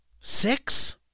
six